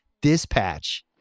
Dispatch